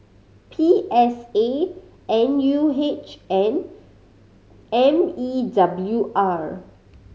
P S A N U H and M E W R